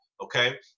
okay